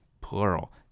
plural